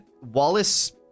Wallace